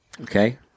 Okay